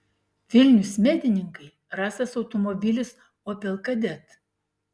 vilnius medininkai rastas automobilis opel kadett